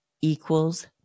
equals